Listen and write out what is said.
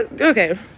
Okay